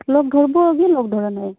লগ ধৰব কিয় লগ ধৰা নাই